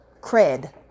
cred